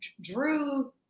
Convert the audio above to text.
Drew